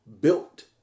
built